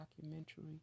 documentary